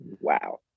Wow